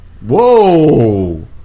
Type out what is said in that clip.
Whoa